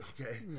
okay